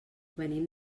venim